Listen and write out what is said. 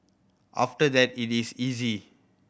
after that it is easy